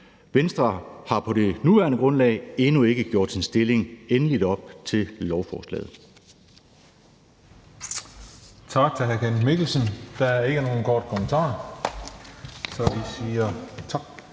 Venstre har på det nuværende grundlag endnu ikke gjort sin stilling endeligt op til lovforslaget.